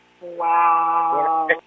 Wow